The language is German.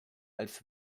als